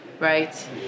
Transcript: right